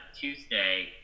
Tuesday